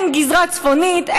אין גזרה צפונית,